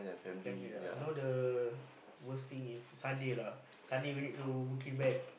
family ah you know the worst thing is Sunday lah Sunday we need to book in back